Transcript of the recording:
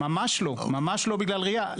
ממש לא בגלל רעייה.